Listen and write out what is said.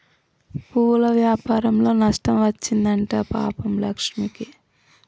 పువ్వుల వ్యాపారంలో నష్టం వచ్చింది అంట పాపం లక్ష్మికి